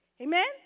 amen